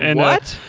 and what?